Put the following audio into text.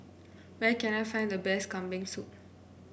where can I find the best Kambing Soup